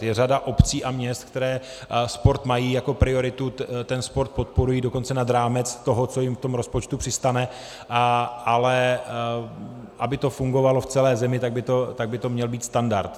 Je řada obcí a měst, které sport mají jako prioritu, sport podporují dokonce nad rámec toho, co jim v tom rozpočtu přistane, ale aby to fungovalo v celé zemi, tak by to měl být standard.